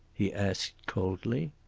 he asked coldly.